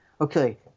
okay